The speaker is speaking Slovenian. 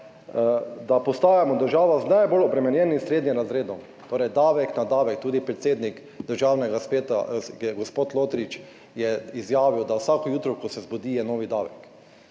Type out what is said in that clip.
da postajamo država z najbolj obremenjenim srednjim razredom, torej davek na davek. Tudi predsednik Državnega sveta, gospod Lotrič, je izjavil, da vsako jutro, ko se zbudi, je novi davek.